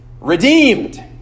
Redeemed